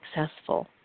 successful